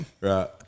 Right